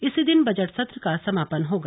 इसी दिन बजट सत्र का समापन होगा